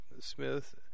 smith